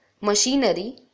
machinery